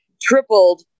tripled